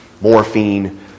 morphine